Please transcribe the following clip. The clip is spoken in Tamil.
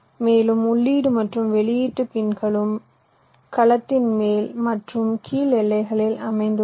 மேலும் உள்ளீடு மற்றும் வெளியீட்டு பிண்களும் கலத்தின் மேல் மற்றும் கீழ் எல்லைகளில் அமைந்துள்ளன